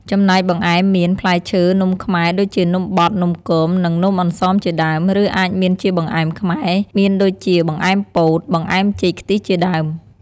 ចំណែកបង្អែមមាន ផ្លែឈើ នំខ្មែរ ដូចជានំបត់ នំគម និងនំអន្សមជាដើម ឬ អាចមានជាបង្អែមខ្មែរ មានដូចជាបង្អែមពោត បង្អែមចេកខ្ទិះជាដើម ។